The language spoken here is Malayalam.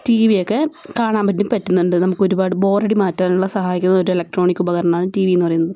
ടി വി ഒക്കെ കാണാൻ വേണ്ടി പറ്റുന്നുണ്ട് നമുക്കൊരുപാട് ബോറടി മാറ്റാനുള്ള സഹായിക്കുന്ന ഒരു ഇലക്ട്രോണിക് ഉപകരണമാണ് ടി വിന്ന് പറയുന്നത്